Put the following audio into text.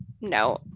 no